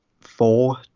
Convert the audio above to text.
four